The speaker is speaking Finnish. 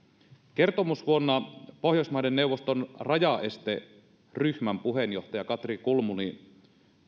kertomusvuonna pohjoismaiden neuvoston rajaesteryhmän puheenjohtaja katri kulmuni